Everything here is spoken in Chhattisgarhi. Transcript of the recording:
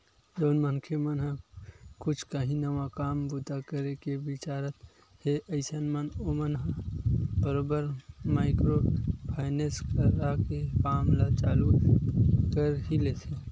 जउन मनखे मन ह कुछ काही नवा काम बूता करे के बिचारत हे अइसन म ओमन ह बरोबर माइक्रो फायनेंस करा के काम ल चालू कर ही लेथे